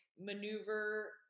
maneuver